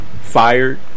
fired